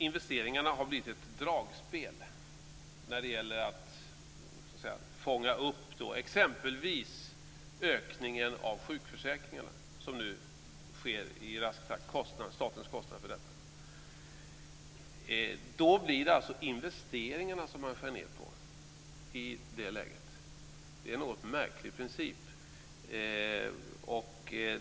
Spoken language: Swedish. Investeringarna har blivit som ett dragspel när det gäller att fånga upp exempelvis den ökning av sjukförsäkringarna som nu sker i rask takt. Det gäller alltså statens kostnader på detta område. I det läget blir det investeringarna som man skär ned på. Det är en något märklig princip.